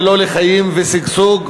ולא לחיים ושגשוג.